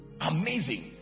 amazing